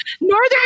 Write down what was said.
Northern